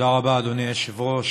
תודה רבה, אדוני היושב-ראש.